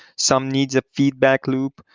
some needs a feedback loop.